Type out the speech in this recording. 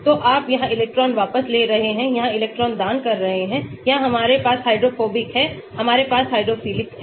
तो आप यहाँ इलेक्ट्रॉन वापस ले रहे हैं यहाँ इलेक्ट्रॉन दान कर रहे हैं यहाँ हमारे पास हाइड्रोफोबिक है हमारे पास हाइड्रोफिलिक है